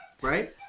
right